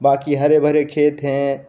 बाकी हरे भरे खेत हैं